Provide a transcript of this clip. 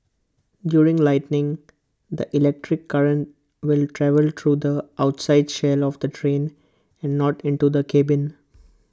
during lightning the electric current will travel through the outside shell of the train and not into the cabin